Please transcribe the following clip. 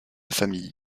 famille